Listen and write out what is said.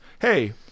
hey